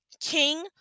King